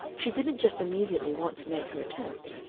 she didn't just immediately want to make her attempt.